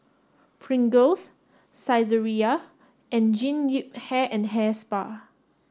Pringles Saizeriya and Jean Yip Hair and Hair Spa